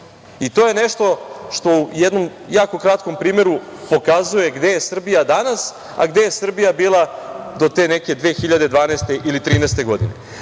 i to je nešto što u jednom jako kratkom primeru pokazuje gde je Srbija danas, a gde je Srbija bila do te neke 2012. ili 2013. godine. Ono